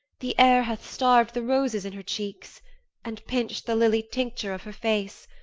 the air hath starv'd the roses in her cheeks and pinch'd the lily-tincture of her face,